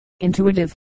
intuitive